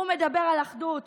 הוא מדבר על אחדות,